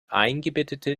eingebettete